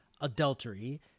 adultery